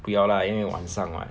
不要 lah 因为晚上 [what]